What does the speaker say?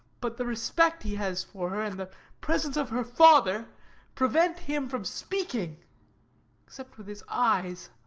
but the respect he has for her and the presence of her father prevent him from speaking except with his eyes.